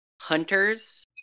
hunters